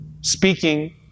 speaking